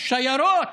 שיירות